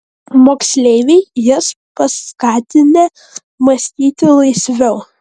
moksleiviai jas paskatinę mąstyti laisviau